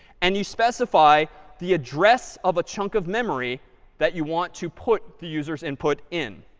and you specify the address of a chunk of memory that you want to put the user's input in.